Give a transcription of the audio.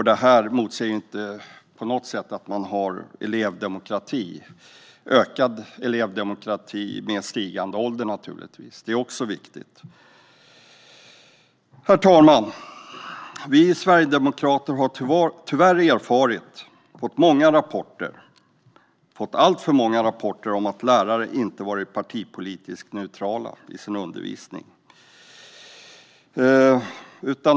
Detta motsäger inte på något sätt att man har elevdemokrati, och naturligtvis ökad sådan med stigande ålder. Det är också viktigt. Herr talman! Sverigedemokraterna har tyvärr erfarit och fått alltför många rapporter om att lärare inte har varit partipolitiskt neutrala i sin undervisning.